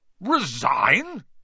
Resign